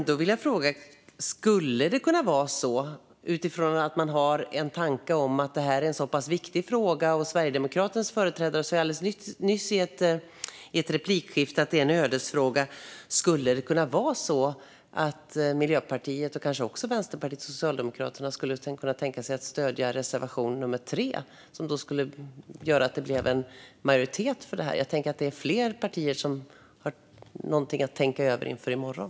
Då vill jag fråga: Skulle det kunna vara så, utifrån att man har en tanke om att detta är en så pass viktig fråga - Sverigedemokraternas företrädare sa alldeles nyss i ett replikskifte att det var en ödesfråga - att Miljöpartiet, och kanske också Vänsterpartiet och Socialdemokraterna, kan tänka sig att stödja reservation 3, vilket skulle göra att det blev en majoritet för detta? Jag tänker att det är fler partier som har någonting att tänka över inför i morgon.